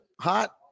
hot